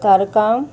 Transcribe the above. कारकां